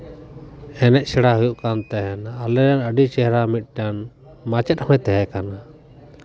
ᱮᱱᱮᱡ ᱥᱮᱬᱟ ᱦᱩᱭᱩᱜ ᱠᱟᱱ ᱛᱟᱦᱮᱱᱟ ᱟᱞᱮ ᱟᱹᱰᱤ ᱪᱮᱨᱦᱟ ᱢᱤᱫᱴᱮᱱ ᱢᱟᱪᱮᱫ ᱦᱚᱭ ᱛᱟᱦᱮᱸ ᱠᱟᱱᱟ